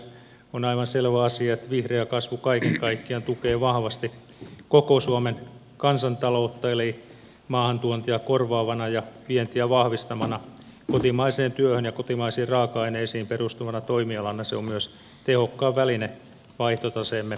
on aivan selvä asia että vihreä kasvu kaiken kaikkiaan tukee vahvasti koko suomen kansantaloutta eli maahantuontia korvaavana ja vientiä vahvistavana kotimaiseen työhön ja kotimaisiin raaka aineisiin perustuvana toimialana se on myös tehokkain väline vaihtotaseemme parantamiseen